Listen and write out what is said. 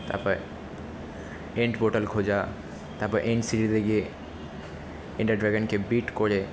তারপরে end portal খোঁজা তারপর এণ্ড সিরিজে গিয়ে এণ্ডারড্রাগনকে বিট করে